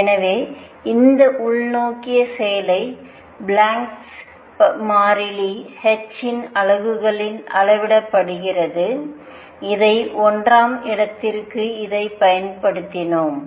எனவே இந்த உள்நோக்கிய செயலை பிளாங்கின் Planck's மாறிலி h இன் அலகுகளில் அளவிடப்படுகிறது இதை ஒன்றாம் இடத்திற்கு இதைப் பயன்படுத்தினோம்